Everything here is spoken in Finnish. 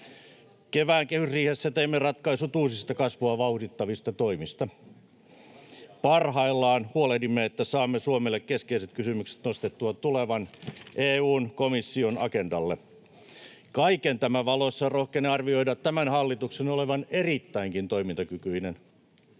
Kevään kehysriihessä teimme ratkaisut uusista kasvua vauhdittavista toimista. Parhaillaan huolehdimme, että saamme Suomelle keskeiset kysymykset nostettua tulevan EU-komission agendalle. [Vasemmalta: Koska tulemme asiaan? — Ben Zyskowicz: Eikö tämä ole